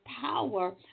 power